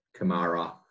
Kamara